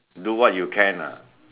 do what you can ah